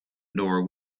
nor